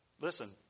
Listen